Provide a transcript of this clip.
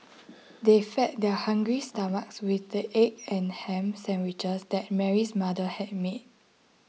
they fed their hungry stomachs with the egg and ham sandwiches that Mary's mother had made